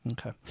Okay